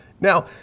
Now